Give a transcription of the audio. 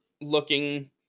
looking